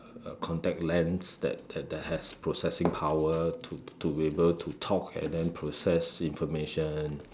uh contact lens that that has processing power to to be able to talk and then process information